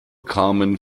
carmen